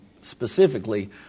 specifically